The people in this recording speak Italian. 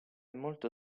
molto